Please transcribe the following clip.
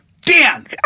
Dan